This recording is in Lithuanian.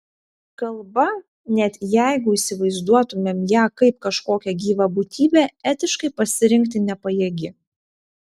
kalba net jeigu įsivaizduotumėm ją kaip kažkokią gyvą būtybę etiškai pasirinkti nepajėgi